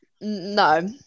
No